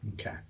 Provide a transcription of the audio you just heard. Okay